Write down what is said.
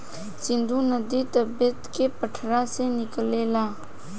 सिन्धु नदी तिब्बत के पठार से निकलेला